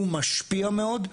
הוא משפיע מאוד,